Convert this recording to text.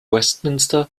westminster